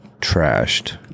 trashed